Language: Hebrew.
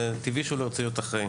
זה טבעי שהוא לא רוצה להיות אחראי.